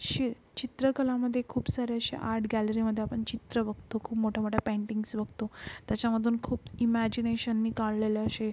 अशी चित्रकलामध्ये खूप सारे असे आर्ट गॅलरीमध्ये आपण चित्र बघतो खूप मोठ्या मोठ्या पँटिंग्ज बघतो त्याच्यामधून खूप इमॅजिनेशननी काढलेले असे